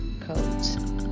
codes